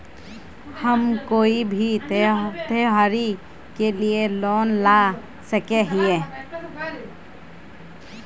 हम कोई भी त्योहारी के लिए लोन ला सके हिये?